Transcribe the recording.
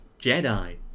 Jedi